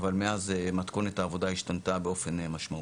אבל מאז מתכונת העבודה השתנתה באופן משמעותי.